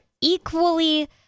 equally